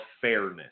fairness